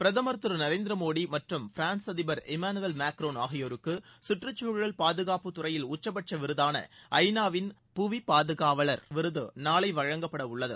பிரதமர் திரு நரேந்திர மோடி மற்றும் பிரான்ஸ் அதிபர் இம்மானுவேல் மேக்ரோன் ஆகியோருக்கு கற்றுச்சூழல் பாதுகாப்புத் துறையில் உச்சபட்ச விருதான ஐநாவின் புவி பாதுகாவள் விருது நாளை வழங்கப்படவுள்ளது